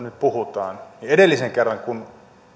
nyt puhutaan edellisen kerran kun